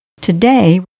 Today